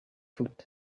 foot